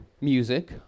music